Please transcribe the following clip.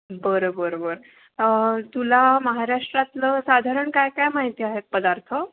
बरं बरं बरं तुला महाराष्ट्रातलं साधारण काय काय माहिती आहेत पदार्थ